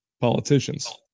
politicians